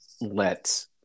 let